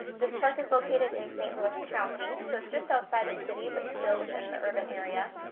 this park is located in st. louis county. so it's just outside the city, but still within the urban area.